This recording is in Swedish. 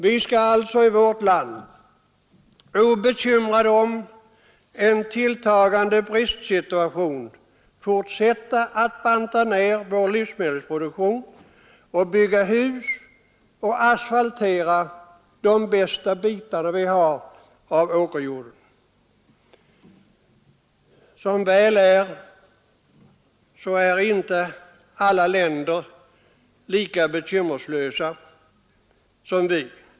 Vi skall alltså i vårt land, obekymrade om en tilltagande bristsituation, fortsätta att banta ner vår livsmedelsproduktion och byggas hus på och asfaltera de bästa bitarna av vår åkerjord. Alla länder är dock, som väl är, inte lika bekymmerslösa som Sverige.